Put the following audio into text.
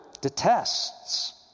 detests